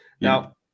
Now